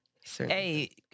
Hey